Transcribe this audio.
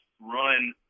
run